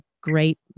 great